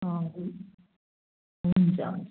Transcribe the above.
हजुर हुन्छ हुन्छ